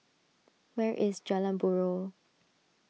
where is Jalan Buroh